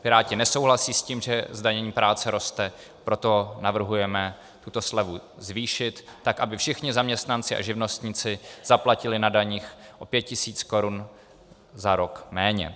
Piráti nesouhlasí s tím, že zdanění práce roste, proto navrhujeme tuto slevu zvýšit tak, aby všichni zaměstnanci a živnostníci zaplatili na daních o 5 tisíc korun za rok méně.